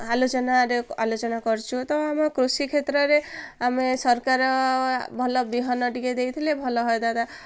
ଆଲୋଚନା ଆଲୋଚନା କରିଛୁ ତ ଆମେ କୃଷି କ୍ଷେତ୍ରରେ ଆମେ ସରକାର ଭଲ ବିହନ ଟିକେ ଦେଇଥିଲେ ଭଲ ହେଇଥାନ୍ତା